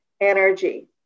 energy